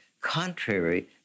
contrary